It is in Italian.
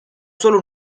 solo